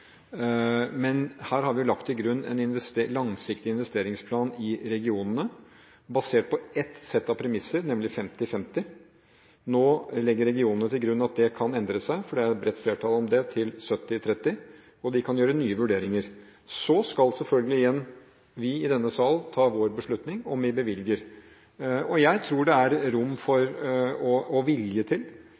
Men vi har lagt til grunn en langsiktig investeringsplan i regionene, basert på ett sett av premisser, nemlig 50/50. Nå legger regionene til grunn at det kan endre seg – for det er et bredt flertall for det – til 70/30, og de kan gjøre nye vurderinger. Så skal en selvfølgelig i denne sal ta sin beslutning om hvorvidt en bevilger. Jeg tror det er rom for og politisk vilje til